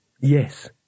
Yes